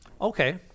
Okay